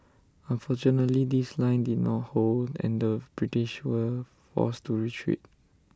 unfortunately this line did not hold and the British were forced to retreat